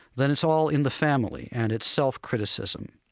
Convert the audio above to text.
then it's all in the family and it's self-criticism.